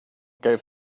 gave